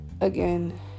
again